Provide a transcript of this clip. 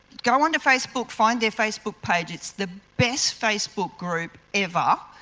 go onto facebook, find their facebook page it's the best facebook group ever,